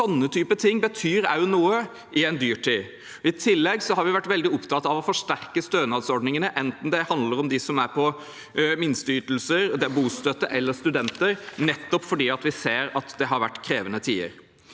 sånt også betyr noe i en dyrtid. I tillegg har vi vært veldig opptatt av å forsterke stønadsordningene, enten det handler om dem som er på minsteytelser, om bostøtte eller om studenter, nettopp fordi vi ser at det har vært krevende tider.